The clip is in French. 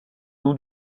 nom